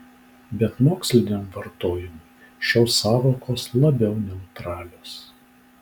bet moksliniam vartojimui šios sąvokos labiau neutralios